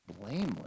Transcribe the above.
blameless